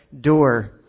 door